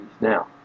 now